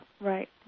Right